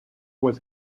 was